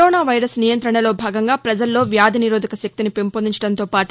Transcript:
corona virus నియంత్రణలో భాగంగా ప్రజల్లో వ్యాధి నిరోధక శక్తిని పెంపొందించడంతో పాటు